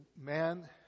man